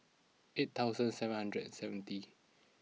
eight thousand seven hundred and seventy